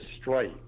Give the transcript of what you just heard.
strike